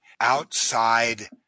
outside